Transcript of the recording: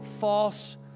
false